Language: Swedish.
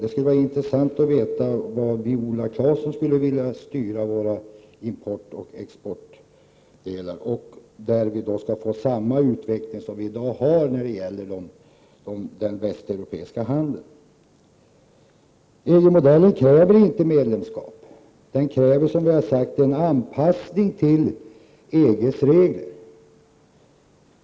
Det skulle vara intressant att få veta åt vilket håll Viola Claesson skulle vilja styra vår import och export, under förutsättning att utvecklingen blir densamma som i dag när det gäller den västeuropeiska handeln. EG-modellen kräver inte medlemskap. Som vi tidigare har sagt kräver den en anpassning till EG:s regler.